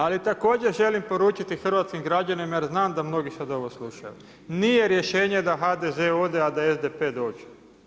Ali također želim poručiti hrvatskim građanima jer znam da mnogi sada ovo slušaju, nije rješenje da HDZ ode, a da SDP dođe.